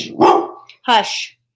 hush